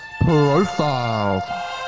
profile